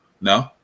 No